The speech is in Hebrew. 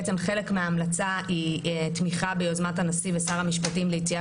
בעצם חלק מההמלצה היא תמיכה ביוזמת הנשיא ושר המשפטים ליציאה